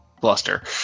bluster